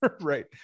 right